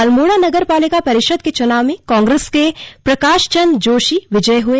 अल्मोड़ा नगर पालिक परिषद के चुनाव में कांग्रेस के प्रकाशचंद जोशी विजयी हुए